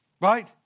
Right